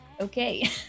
okay